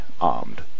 armed